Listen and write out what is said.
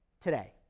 today